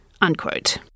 unquote